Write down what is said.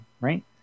right